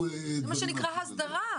זה מה שנקרא הסדרה.